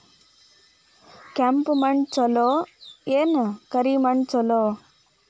ಕೆಂಪ ಮಣ್ಣ ಛಲೋ ಏನ್ ಕರಿ ಮಣ್ಣ ಛಲೋ?